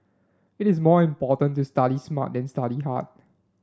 it is more important to study smart than study hard